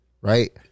right